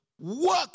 Work